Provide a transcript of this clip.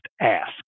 ask